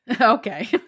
Okay